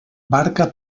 barca